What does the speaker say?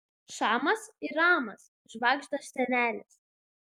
šamas ir ramas švagžda senelis